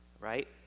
right